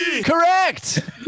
Correct